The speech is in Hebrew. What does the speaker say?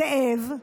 זאב,